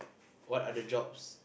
what other jobs